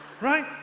right